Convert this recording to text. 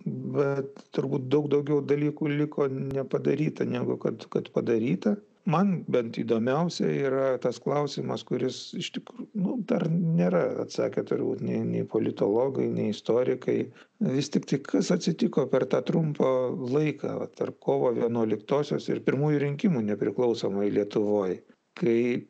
bet turbūt daug daugiau dalykų liko nepadaryta negu kad kad padaryta man bent įdomiausia yra tas klausimas kuris iš tikrųjų nu dar nėra atsakę turbūt nei politologai nei istorikai vis tiktai kas atsitiko per tą trumpą laiką tarp kovo vienuoliktosios ir pirmųjų rinkimų nepriklausomoj lietuvoj kai